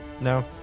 No